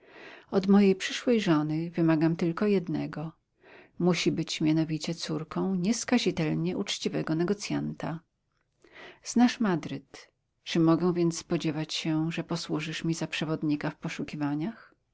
od mojej przyszłej żony wymagam tylko jednego musi być mianowicie córką nieskazitelnie uczciwego negocjanta znasz madryt czy mogę więc spodziewać się że posłużysz mi za przewodnika w poszukiwaniach